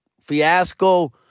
fiasco